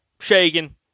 shaking